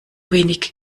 wenig